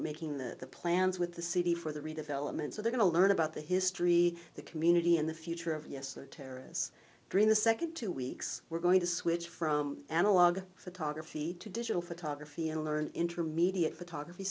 making the plans with the city for the redevelopment so they're going to learn about the history the community and the future of yes or terrace during the second two weeks we're going to switch from analog photography to digital photography and learn intermediate photography